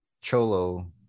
cholo